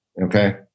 okay